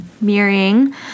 Mirroring